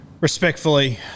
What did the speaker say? Respectfully